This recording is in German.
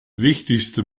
wichtigste